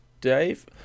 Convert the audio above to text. Dave